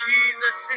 Jesus